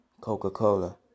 Coca-Cola